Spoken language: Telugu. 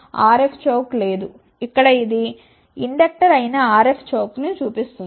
RF చౌక్ లేదు ఇక్కడ ఇది ఇండక్టర్ అయిన RF చౌక్ ను చూపిస్తుంది